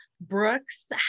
brooks